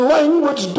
Language